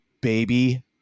baby